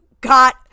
got